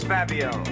Fabio